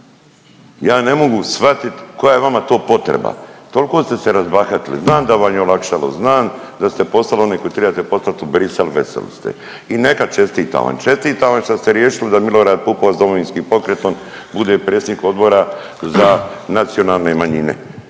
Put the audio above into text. Ja ne mogu shvatit koja je vama to potreba. Tolko ste se razbahatili, znan da vam je olakšalo, znan da ste poslali one koje tribate poslat u Brisel, veseli ste i neka čestitam vam, čestitam vam šta ste riješili da Milorad Pupovac s DP-om bude predsjednik Odbora za nacionalne manjine.